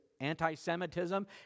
anti-Semitism